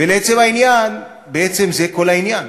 ולעצם העניין, בעצם זה כל העניין.